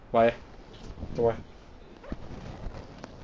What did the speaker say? why eh 做么 eh